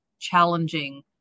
challenging